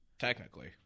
Technically